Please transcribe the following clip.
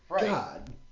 God